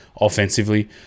offensively